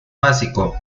básico